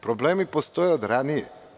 Problemi postoje od ranije.